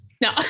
No